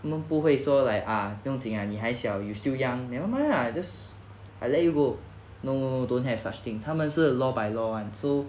他们不会说 like ah 不用紧 lah 你还小 you still young never mind lah just I let you go no no no don't have such thing 他们是 law by law [one] so